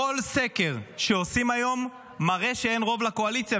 כל סקר שעושים היום מראה שאין רוב לקואליציה.